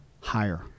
Higher